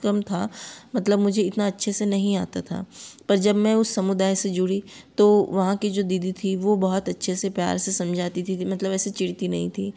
कम था मतलब मुझे इतना अच्छे से नहीं आता था पर जब मैं उस समुदाय से जुड़ी तो वहाँ कि जो दीदी थी वो बहुत अच्छे से प्यार से समझाती थी मतलब ऐसे चीड़ती नहीं थी